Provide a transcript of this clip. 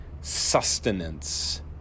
sustenance